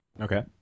Okay